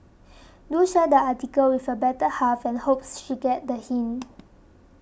do share the article with your better half and hopes she get the hint